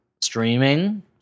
Streaming